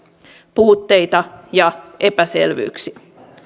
puutteita ja epäselvyyksiä